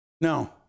No